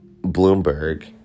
Bloomberg